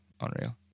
Unreal